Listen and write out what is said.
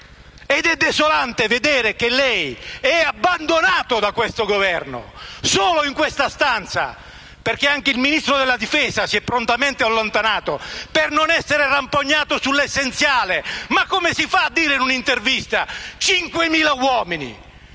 Ed è desolante vedere lei abbandonato da questo Governo, solo in quest'Aula, perché anche il Ministro della difesa si è prontamente allontanato per non essere rampognato sull'essenziale. Ma come si fa a parlare in un'intervista di 5.000 uomini.